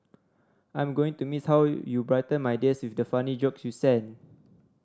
I'm going to miss how you brighten my days with the funny jokes you sent